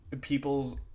people's